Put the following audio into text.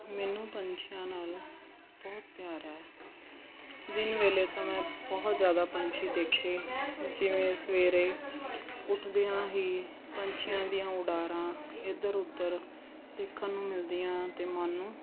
ਮੈਨੂੰ ਪੰਛੀਆਂ ਨਾਲ ਬਹੁਤ ਪਿਆਰ ਹੈ ਦਿਨ ਵੇਲੇ ਤਾਂ ਮੈਂ ਬਹੁਤ ਜ਼ਿਆਦਾ ਪੰਛੀ ਦੇਖੇ ਜਿਵੇਂ ਸਵੇਰੇ ਉਠਦਿਆਂ ਹੀ ਪੰਛੀਆਂ ਦੀਆਂ ਉਡਾਰਾਂ ਇਧਰ ਉਧਰ ਦੇਖਣ ਨੂੰ ਮਿਲਦੀਆਂ ਅਤੇ ਮੰਨ ਨੂੰ